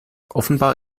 offenbar